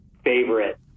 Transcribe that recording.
favorite